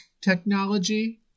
technology